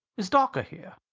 is dawker here?